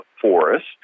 forest